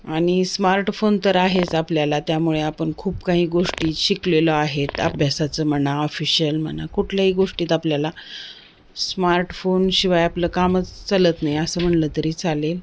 आणि स्मार्टफोन तर आहेच आपल्याला त्यामुळे आपण खूप काही गोष्टी शिकलेलो आहेत अभ्यासाचं म्हणा ऑफिशियल म्हणा कुठल्याही गोष्टीत आपल्याला स्मार्टफोनशिवाय आपलं कामच चालत नाही असं म्हणलं तरी चालेल